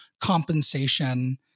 compensation